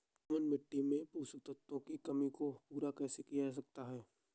दोमट मिट्टी में पोषक तत्वों की कमी को पूरा कैसे किया जा सकता है?